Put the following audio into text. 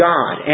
God